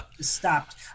stopped